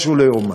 משהו לא ייאמן.